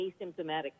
asymptomatic